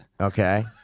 Okay